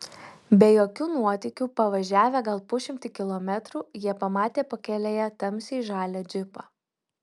be jokių nuotykių pavažiavę gal pusšimtį kilometrų jie pamatė pakelėje tamsiai žalią džipą